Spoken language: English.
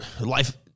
life